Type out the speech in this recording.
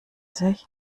sich